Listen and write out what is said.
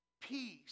peace